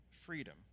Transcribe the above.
freedom